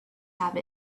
have